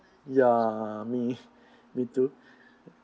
ya me me too